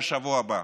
בשבוע הבא,